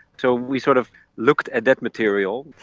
so we sort of looked at that material,